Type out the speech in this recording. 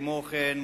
כמו כן,